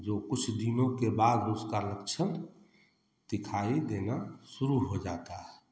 जो कुछ दिनों के बाद उसका लक्षण दिखाई देना शुरू हो जाता है